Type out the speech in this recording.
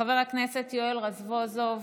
חבר הכנסת יואל רזבוזוב,